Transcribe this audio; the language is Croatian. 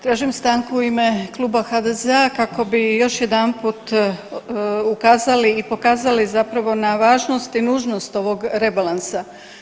Tražim stanku u ime kluba HDZ-a kako bi još jedanput ukazali i pokazali na važnost i nužnost ovog rebalansa.